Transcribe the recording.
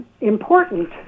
important